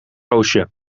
roosje